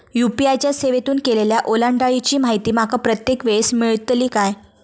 UPI च्या सेवेतून केलेल्या ओलांडाळीची माहिती माका प्रत्येक वेळेस मेलतळी काय?